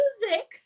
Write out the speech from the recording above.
music